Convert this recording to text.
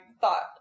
thought